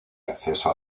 acceso